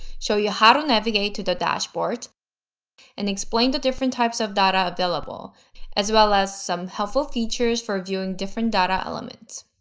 show you how to navigate to the dashboards and explain the different types of data available as well as some helpful features for viewing different data elements.